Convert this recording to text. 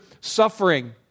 suffering